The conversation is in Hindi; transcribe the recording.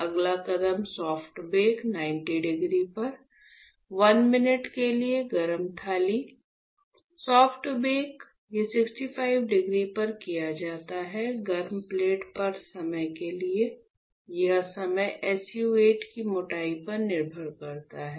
अगला कदम सॉफ्ट बेक 90 डिग्री पर 1 मिनट के लिए गर्म थाली सॉफ्ट बेक ये 65 डिग्री पर किया जाता है गर्म प्लेट पर समय के लिए यह समय SU 8 की मोटाई पर निर्भर करता है